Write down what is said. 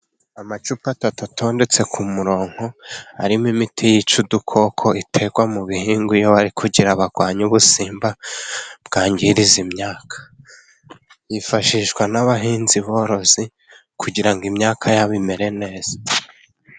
Amacupa atatu atondetse ku murongo，arimo imiti yica udukoko iterwa mu bihingwa， iyo bari kugira ngo barwanye ubusimba bwangiriza imyaka. Yifashishwa n'abahinzi borozi，kugira ngo imyaka yabo imere neza.